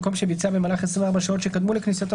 במקום "שביצע במהלך 24 השעות שקדמו לכניסתו